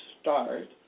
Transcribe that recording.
start